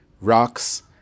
rocks